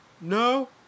No